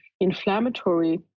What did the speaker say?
inflammatory